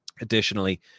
Additionally